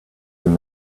and